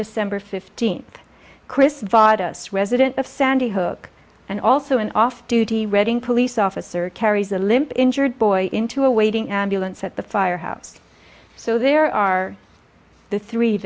december fifteenth chris voss resident of sandy hook and also an off duty reading police officer carries a limp injured boy into a waiting ambulance at the firehouse so there are the three